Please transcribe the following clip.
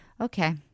Okay